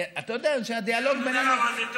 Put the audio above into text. כי הדיאלוג בינינו, אני יודע למה זה טוב,